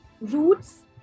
roots